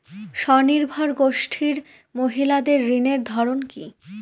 স্বনির্ভর গোষ্ঠীর মহিলাদের ঋণের ধরন কি?